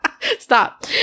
Stop